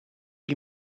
die